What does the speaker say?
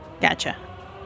Gotcha